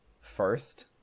first